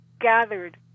gathered